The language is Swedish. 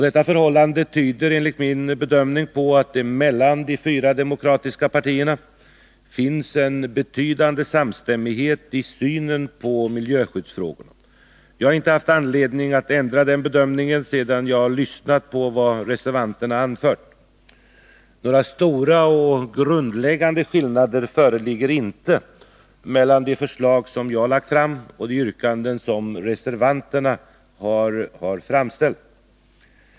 Detta förhållande tyder enligt min bedömning på att det mellan de fyra demokratiska partierna finns en betydande samstämdhet i synen på miljöskyddsfrågorna. Jag har inte haft anledning att ändra den bedömningen sedan jag har lyssnat på vad reservanterna har anfört. Några stora och grundläggande skillnader föreligger inte mellan de förslag som jag har lagt fram och de yrkanden som reservanterna har framställt.